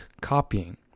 copying